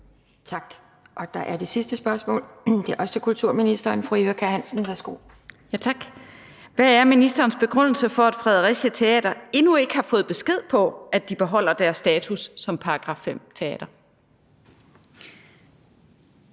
Spm. nr. S 809 (omtrykt) 23) Til kulturministeren af: Eva Kjer Hansen (V): Hvad er ministeren begrundelse for, at Fredericia Teater endnu ikke har fået besked på, at de beholder deres status som § 5-teater?